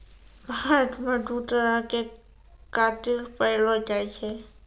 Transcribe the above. भारत मे दु तरहो के कातिल पैएलो जाय छै